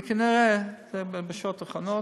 כנראה, זה בשעות האחרונות,